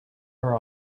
her